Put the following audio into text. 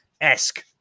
esque